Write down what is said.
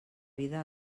vida